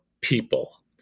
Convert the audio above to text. people